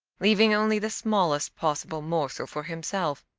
leaving only the smallest possible morsel for himself.